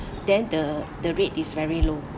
then the the rate is very low